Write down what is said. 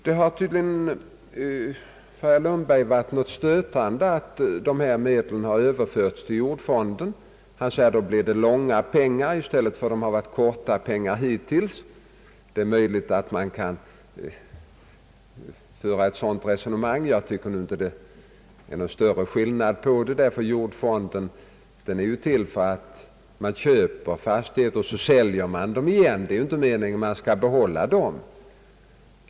För herr Lundberg har det tydligen varit något stötande att dessa medel överförts till jordfonden — han säger att det då blir långa pengar i stället för som hittills korta pengar. Det är möjligt att man kan föra ett sådant resonemang, men jag tycker inte att det blir någon större skillnad, eftersom jordfonden är till för att man skall köpa och sedan sälja fastigheter, inte för att man skall behålla dem.